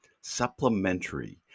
Supplementary